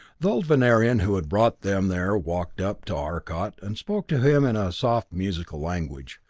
the old venerian who had brought them there walked up to arcot and spoke to him in a softly musical language,